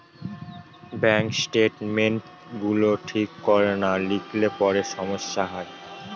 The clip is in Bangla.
ব্যাঙ্ক স্টেটমেন্টস গুলো ঠিক করে না লিখলে পরে সমস্যা হয়